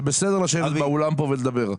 זה בסדר לשבת באולם פה ולדבר.